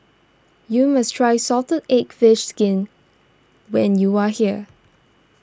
you must try Salted Egg Fish Skin when you are here